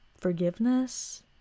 Forgiveness